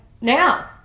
now